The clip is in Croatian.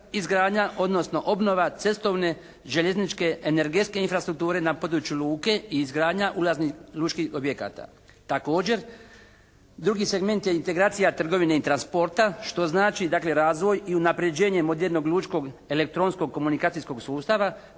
izgradnja odnosno obnova cestovne željezničke energetske infrastrukture na području luke i izgradnja ulaznih lučkih objekata. Također drugi segment je integracija trgovine i transporta što znači dakle razvoj i unapređenje modernog lučkog elektronskog komunikacijskog sustava